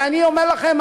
ואני אומר לכם,